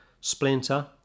splinter